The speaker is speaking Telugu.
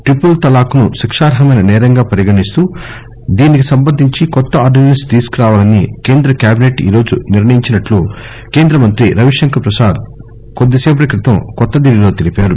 ట్రిపుల్ తలాక్ను శిక్షార్హమైన సేరంగా పరిగణిస్తూ దీనికి సంబంధించి కొత్త ఆర్ధినెన్స్ తీసుకురావాలని కేంద్ర క్యాబినెట్ ఈరోజు నిర్ణయించినట్లు కేంద్రమంత్రి రవిశంకర్ ప్రసాద్ కొద్దిసేపటి క్రితం న్యూఢిల్లీలో తెలిపారు